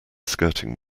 skirting